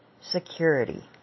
security